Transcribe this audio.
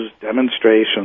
demonstrations